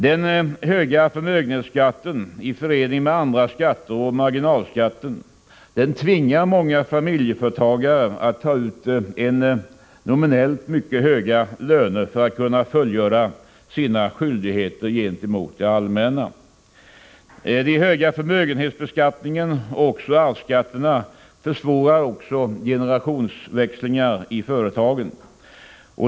Den höga förmögenhetsskatten i förening med andra skatter och marginalskatten tvingar många familjeföretagare att ta ut nominellt mycket höga löner för att kunna fullgöra sina skyldigheter gentemot det allmänna. Den höga förmögenhetsbeskattningen och även arvsskatterna försvårar också generationsväxlingar i företagen.